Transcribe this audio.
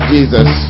Jesus